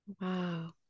Wow